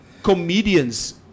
comedians